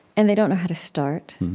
and they don't know how to start.